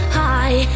high